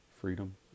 freedom